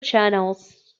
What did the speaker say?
channels